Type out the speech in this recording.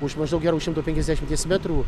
už maždaug gerų šimto penkiasdešimties metrų